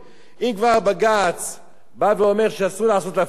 אם כבר בג"ץ בא ואומר שאסור לעשות אפליה,